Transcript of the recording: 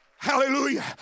Hallelujah